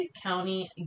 County